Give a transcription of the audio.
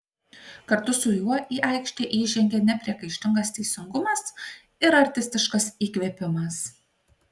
kartu su juo į aikštę įžengė nepriekaištingas teisingumas ir artistiškas įkvėpimas